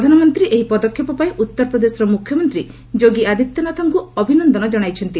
ପ୍ରଧାନମନ୍ତ୍ରୀ ଏହି ପଦକ୍ଷେପ ପାଇଁ ଉତ୍ତରପ୍ରଦେଶର ମୁଖ୍ୟମନ୍ତ୍ରୀ ଯୋଗୀ ଆଦିତ୍ୟନାଥଙ୍କୁ ଅଭିନନ୍ଦନ ଜଣାଇଛନ୍ତି